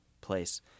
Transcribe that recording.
place